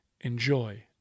enjoy